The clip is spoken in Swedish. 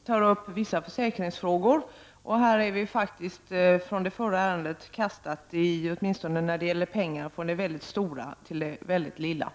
Herr talman! Det här betänkandet tar upp vissa försäkringsfrågor. Här är 157 vi faktiskt jämfört med det förra ärendet åtminstone när det gäller pengar Prot. 1989/90:118 = kastade från det väldigt stora till det väldigt lilla.